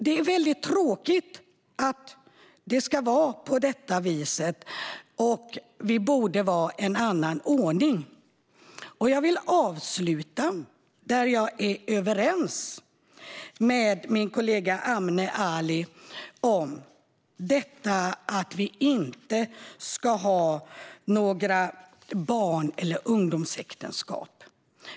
Det är väldigt tråkigt att det ska vara på detta vis. Vi borde ha en annan ordning. Jag vill avsluta där jag är överens med min kollega Amne Ali, nämligen i fråga om att vi inte ska ha några barn eller ungdomsäktenskap.